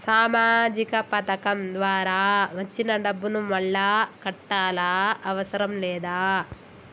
సామాజిక పథకం ద్వారా వచ్చిన డబ్బును మళ్ళా కట్టాలా అవసరం లేదా?